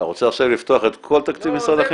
אתה רוצה עכשיו לפתוח את כל תקציב משרד החינוך?